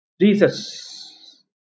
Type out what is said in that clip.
Jesus